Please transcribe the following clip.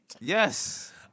Yes